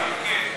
כן,